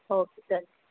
okay done